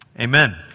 Amen